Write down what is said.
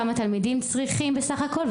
כמה תלמידים צריכים בסך הכול?